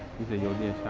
video dang,